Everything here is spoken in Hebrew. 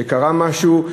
שקרה משהו,